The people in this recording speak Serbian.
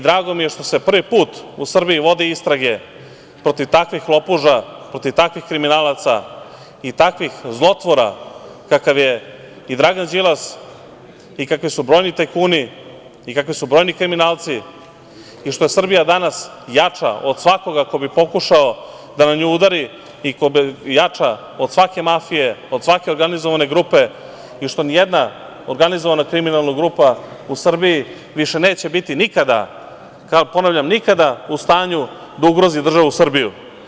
Drago mi je što se prvi put u Srbiji vode istrage protiv takvih lopuža, protiv takvih kriminalaca i takvih zlotvora kakav je Dragan Đilas i kakvi su brojni tajkuni i kakvi su brojni kriminalci, i što je Srbija danas jača od svakoga ko bi pokušao da na nju udari i što je jača od svake mafije, od svake organizovane grupe, što ni jedan organizovana kriminalna grupa u Srbiji više neće biti nikada, ponavljam, nikada u stanju da ugrozi državu Srbiju.